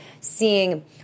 seeing